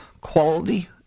Quality